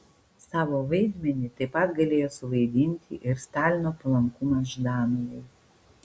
savo vaidmenį taip pat galėjo suvaidinti ir stalino palankumas ždanovui